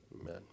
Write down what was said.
Amen